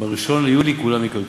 ב-1 ביולי כולם ייקלטו.